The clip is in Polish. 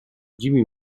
dziwi